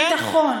ביטחון,